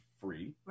free